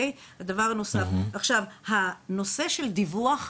הנושא של דיווח.